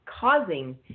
causing